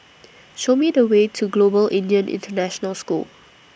Show Me The Way to Global Indian International School